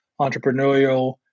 Entrepreneurial